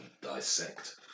dissect